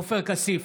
עופר כסיף,